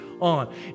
on